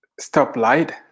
stoplight